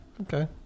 Okay